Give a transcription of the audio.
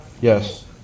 Yes